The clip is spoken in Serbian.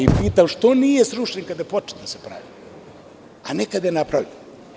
Pitam, što nije srušen kada je počeo da se pravi, a ne kada je napravljen?